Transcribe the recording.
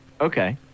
Okay